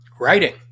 Writing